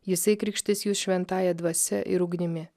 jisai krikštys jus šventąja dvasia ir ugnimi